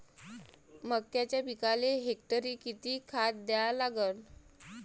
मक्याच्या पिकाले हेक्टरी किती खात द्या लागन?